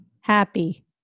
Happy